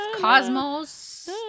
cosmos